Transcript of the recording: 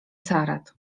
carat